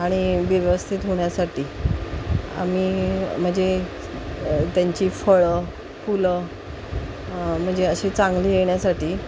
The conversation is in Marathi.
आणि व्यवस्थित होण्यासाठी आम्ही म्हणजे त्यांची फळं फुलं म्हणजे अशी चांगली येण्यासाठी